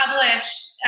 published